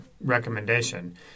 recommendation